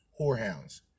whorehounds